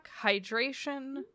hydration